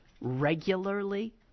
regularly